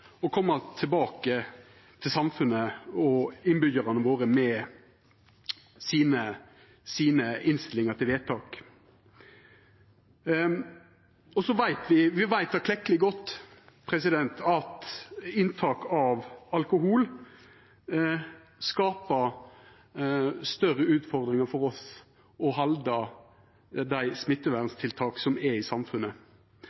å koma tilbake til samfunnet og innbyggjarane våre med sine innstillingar til vedtak. Me veit klekkeleg godt at inntak av alkohol skapar større utfordringar for oss når det gjeld å halda på dei